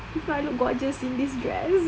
if I not gorgeous in this dress